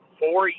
four